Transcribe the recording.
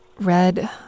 Red